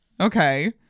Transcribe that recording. Okay